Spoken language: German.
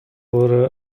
wurde